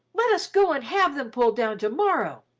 let us go and have them pulled down to-morrow.